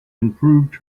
improved